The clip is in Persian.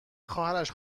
خواهرش